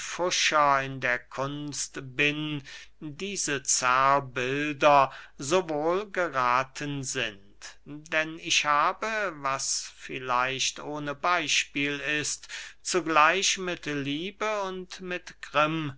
in der kunst bin diese zerrbilder so wohl gerathen sind denn ich habe was vielleicht ohne beyspiel ist zugleich mit liebe und mit